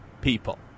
people